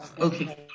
Okay